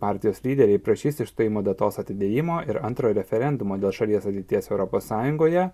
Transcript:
partijos lyderiai prašys išstojimo datos atidėjimo ir antro referendumo dėl šalies ateities europos sąjungoje